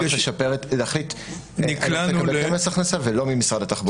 --- להחליט --- מס הכנסה ולא ממשרד התחבורה.